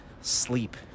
sleep